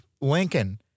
Lincoln